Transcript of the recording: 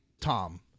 Tom